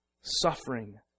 suffering